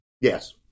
Yes